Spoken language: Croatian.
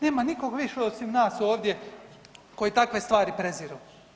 Nema nikog više osim nas ovdje koji takve stvari preziru.